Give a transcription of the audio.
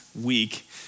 week